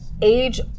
age